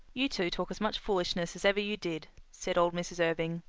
you two talk as much foolishness as ever you did, said old mrs. irving,